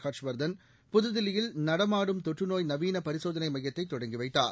ஹர்ஷ்வர்தன் புதுதில்லியில் நடமாடும் தொற்றுநோய் நவீன பரிசோதனை மையத்தை தொடங்கி வைத்தார்